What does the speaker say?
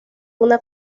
una